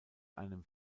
einem